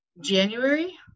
January